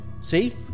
See